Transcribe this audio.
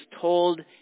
told